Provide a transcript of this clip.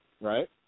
right